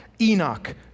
Enoch